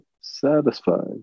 satisfied